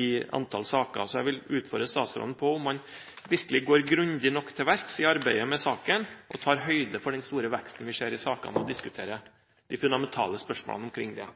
i antallet saker. Så jeg vil utfordre statsråden på om man virkelig går grundig nok til verks i arbeidet med saken og tar høyde for den store veksten vi ser i sakene vi diskuterer, de fundamentale spørsmålene omkring det.